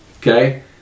Okay